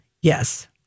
Yes